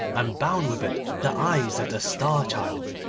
and bound with it the eyes of the star-child,